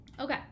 Okay